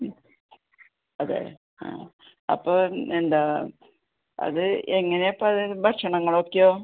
അതെയോ ആ അപ്പോൾ എന്താണ് അത് എങ്ങനെയാണ് അപ്പോൾ അത് ഭക്ഷണങ്ങളൊക്കെയോ